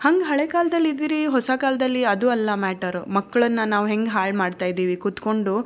ಹಾಗ್ ಹಳೇ ಕಾಲದಲ್ಲಿ ಇದೀರಿ ಹೊಸ ಕಾಲದಲ್ಲಿ ಅದು ಅಲ್ಲ ಮ್ಯಾಟರ್ ಮಕ್ಕಳನ್ನ ನಾವು ಹೇಗ್ ಹಾಳು ಮಾಡ್ತಾ ಇದೀವಿ ಕುತ್ಕೊಂಡು